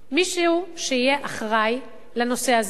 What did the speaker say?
מישהו שיהיה אחראי לנושא הזה,